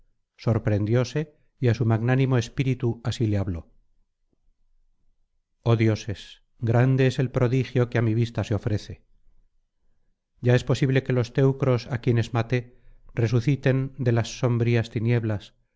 sorprendióse y á su magnánimo espíritu así le habló oh dioses grande es el prodigio que á mi vista se ofrece ya es posible que los teucros á quienes maté resuciten de las sombrías tinieblas